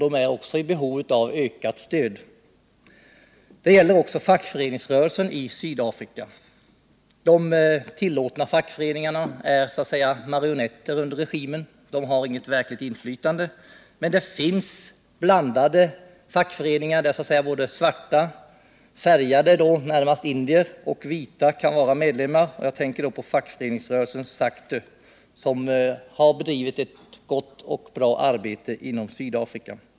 Den är också i behov av ökat stöd. Det gäller också fackföreningsrörelsen i Sydafrika. De tillåtna fackföreningarna är så att säga marionetter under regimen. De har inget verkligt inflytande. Men det finns blandade fackföreningar, där svarta, färgade — närmast indier — och vita kan vara medlemmar. Jag tänker då på fackföreningsrörelsens SACTU, som har gjort ett gott arbete Sydafrika.